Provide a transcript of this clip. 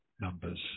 numbers